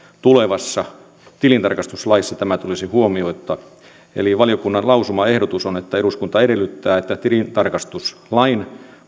tulevassa tilintarkastuslaissa tämä tulisi huomioida eli valiokunnan lausumaehdotus on että eduskunta edellyttää että tilintarkastuslain